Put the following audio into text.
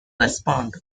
respond